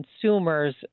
consumers